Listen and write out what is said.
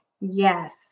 Yes